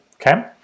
okay